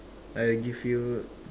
I give you